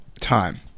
time